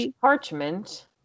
parchment